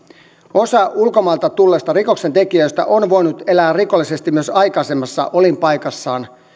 osa ulkomailta tulleista rikoksentekijöistä on voinut elää rikollisesti myös aikaisemmassa olinpaikassaan